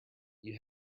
you